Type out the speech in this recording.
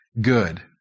good